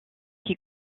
qui